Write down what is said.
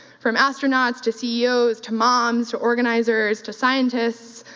from astronauts to ceos to moms to organizers to scientists,